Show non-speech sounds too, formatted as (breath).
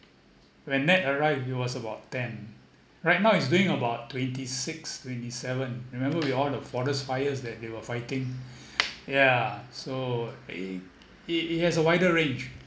when nat arrived it was about ten right now it's doing about twenty six twenty seven remember with all the forest fires that they were fighting (breath) yeah so it it has a wider range